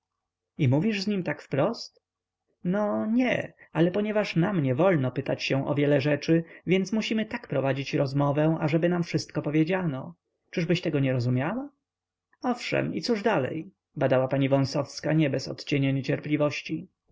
i mówisz z nim tak wprost no nie ale ponieważ nam niewolno pytać się o wiele rzeczy więc musimy tak prowadzić rozmowę ażeby nam wszystko powiedziano czyżbyś tego nie rozumiała owszem i cóż dalej badała pani wąsowska nie bez odcienia niecierpliwości